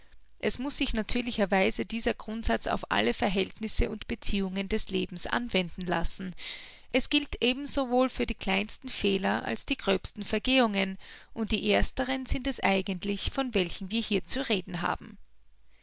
es muß sich natürlicherweise dieser grundsatz auf alle verhältnisse und beziehungen des lebens anwenden lassen es gilt eben so wohl für die kleinsten fehler als die gröbsten vergehungen und die ersteren sind es eigentlich von welchen wir hier zu reden haben